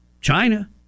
China